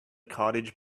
cottage